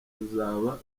ruzaba